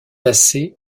assez